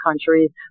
countries